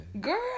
Girl